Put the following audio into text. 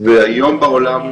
והיום בעולם,